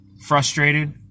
frustrated